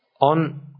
on